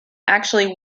actually